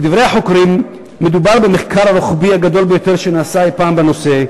לדברי החוקרים מדובר במחקר הרוחבי הגדול ביותר שנעשה אי-פעם בנושא,